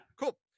cool